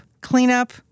cleanup